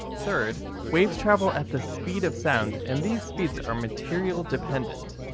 third, waves travel at the speed of sound and these speeds are material dependent.